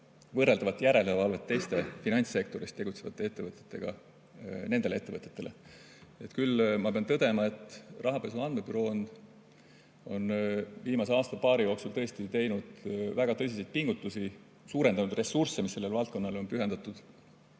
võrreldavat järelevalvet teiste finantssektoris tegutsevate ettevõtete üle. Küll ma pean tõdema, et rahapesu andmebüroo on viimase aasta-paari jooksul tõesti teinud väga tõsiseid pingutusi, suurendanud ressursse, mis sellele valdkonnale on pühendatud,